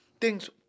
Thing's